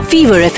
Fever